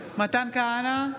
מתן כהנא,